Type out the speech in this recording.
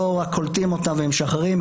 לא רק קולטים ומשחררים.